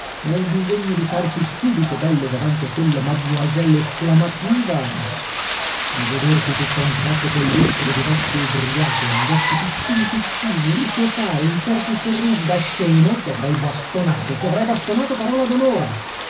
ma il bisogno di farti subito bello davanti a quella mademoiselle esclamativa a vederti tutt'a un tratto quel lustro di vecchio ubriaco negli occhi piccini piccini e liquefare in certi sorrisi da scemo ti avrei bastonato ti avrei bastonato parola